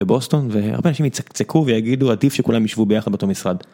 בוסטון והרבה אנשים יצקצקו ויגידו עדיף שכולם יישבו ביחד באותו משרד.